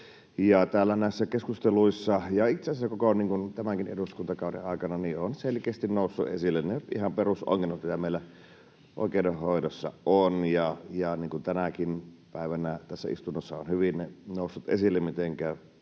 täällä näissä keskusteluissa ja itse asiassa koko tämänkin eduskuntakauden aikana ovat selkeästi nousseet esille ihan ne perusongelmat, mitä meillä oikeudenhoidossa on, niin kuin tänäkin päivänä tässä istunnossa on hyvin noussut esille, mitenkä